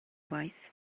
waith